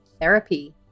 Therapy